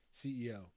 CEO